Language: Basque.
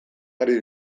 ari